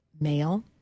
male